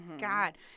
god